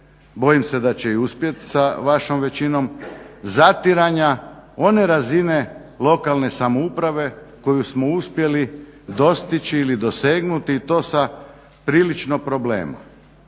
bojim se da će i uspjeti sa vašom većinom, zatiranja one razine lokalne samouprave koju smo uspjeli dostići ili dosegnuti i to sa prilično problema.